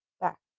back